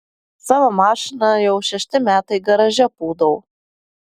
savo mašiną jau šešti metai garaže pūdau